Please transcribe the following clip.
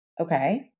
Okay